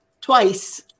twice